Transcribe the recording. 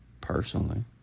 personally